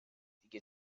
دیگه